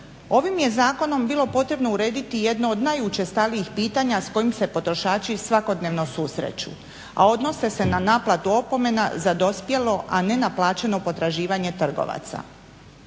Ovim je zakonom bilo potrebno urediti jedno od najučestalijih pitanja s kojima se potrošači svakodnevno susreću, a odnos se na naplatu opomena za dospjelo a ne naplaćeno potraživanje trgovaca.